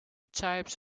types